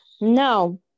No